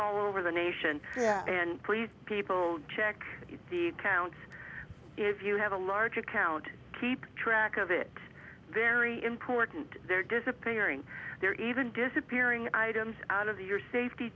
all over the nation and pretty people check you count if you have a large account to keep track of it very important they're disappearing they're even disappearing items out of your safety